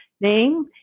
name